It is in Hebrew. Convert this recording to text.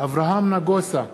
אברהם נגוסה,